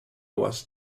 was